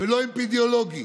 ולא אפידמיולוגי?